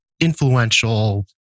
influential